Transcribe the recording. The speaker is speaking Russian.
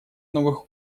новых